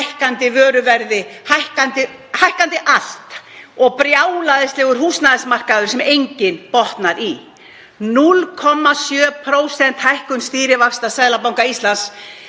hækkandi vöruverði — allt fer hækkandi — og brjálæðislegum húsnæðismarkaði sem enginn botnar í. 0,75% hækkun stýrivaxta Seðlabanka Íslands,